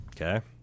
Okay